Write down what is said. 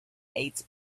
ate